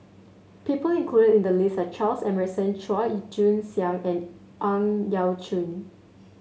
people included in the list are Charles Emmerson Chua Joon Siang and Ang Yau Choon